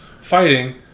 fighting